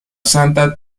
santa